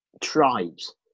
tribes